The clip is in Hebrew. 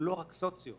לא רק סוציו.